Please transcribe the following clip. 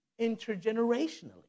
intergenerationally